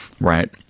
Right